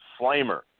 flamer